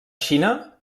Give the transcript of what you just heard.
xina